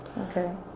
Okay